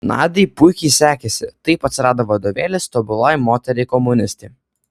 nadiai puikiai sekėsi taip atsirado vadovėlis tobulai moteriai komunistei